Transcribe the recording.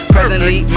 Presently